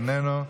איננו,